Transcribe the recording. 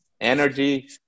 energy